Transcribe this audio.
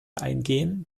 eingehen